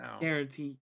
guarantee